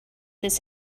this